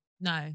No